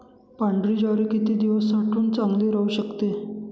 पांढरी ज्वारी किती दिवस साठवून चांगली राहू शकते?